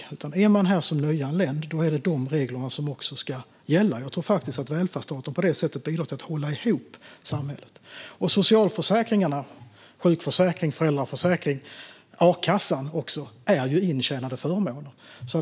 Om man är här som nyanländ är det de reglerna som ska gälla. Jag tror att välfärdsstaten bidrar till att hålla ihop samhället. Socialförsäkringarna, som sjukförsäkringen, föräldraförsäkringen och a-kassan, är intjänade förmåner.